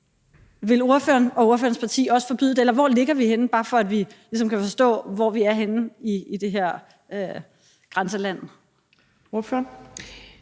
Vil ordføreren og ordførerens parti også forbyde det, eller hvor ligger vi henne – bare for at vi ligesom kan forstå, hvor vi er henne i det her grænseland? Kl.